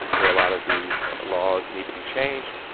where a lot of these laws need to be changed,